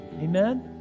Amen